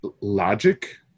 logic